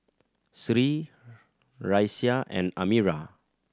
Sri Raisya and Amirah